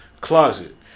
closet